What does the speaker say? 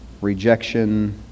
rejection